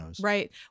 right